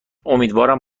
امیدوارم